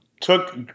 took